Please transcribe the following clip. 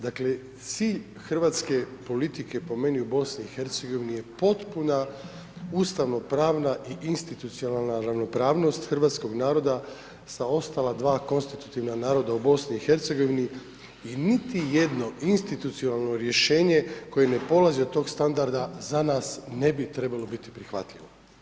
Dakle cilj hrvatske politike po meni u BiH je potpuna ustavno pravna i institucionalna ravnopravnost hrvatskog naroda sa ostala dva konstitutivna naroda u BiH i niti jedno institucijalno rješenje koje ne polazi od tog standarda za nas ne bi trebalo biti prihvatljivo.